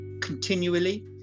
continually